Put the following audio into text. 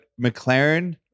McLaren